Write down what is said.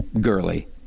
Gurley